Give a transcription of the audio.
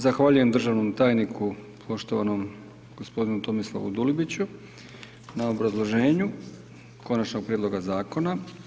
Zahvaljujem državnom tajniku, poštovanom gospodinu Tomislavu Dulibiću na obrazloženju Konačnog prijedloga Zakona.